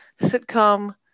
sitcom